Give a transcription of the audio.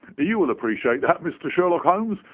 you will appreciate that, mr. sherlock holmes,